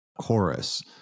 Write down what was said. Chorus